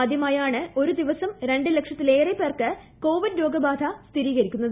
ആദ്യമായാണ് ഒരു ദിവസം രണ്ട് ലക്ഷത്തിലേറെ പേർക്ക് കോവിഡ് രോഗബാധ സ്ഥിരീകരിക്കുന്നത്